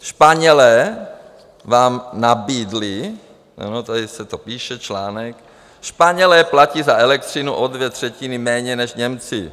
Španělé vám nabídli, ano, tady se to píše, článek, Španělé platí za elektřiny o dvě třetiny méně než Němci.